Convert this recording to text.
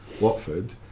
Watford